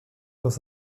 dans